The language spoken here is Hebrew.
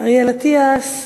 אריאל אטיאס?